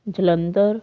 Jalandhar